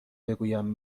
بگویم